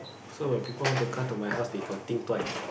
so if people want to come to my house they got think twice